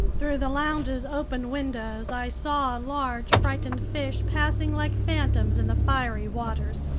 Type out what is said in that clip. through the lounge's open windows, i saw large, frightened fish passing like phantoms in the fiery waters.